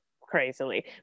crazily